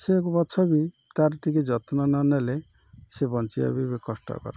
ସେ ଗଛ ବି ତାର ଟିକେ ଯତ୍ନ ନ ନେଲେ ସେ ବଞ୍ଚିବା ବି ବି କଷ୍ଟକର